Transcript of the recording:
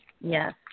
Yes